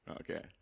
Okay